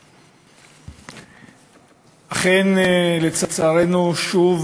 אכן, לצערנו, שוב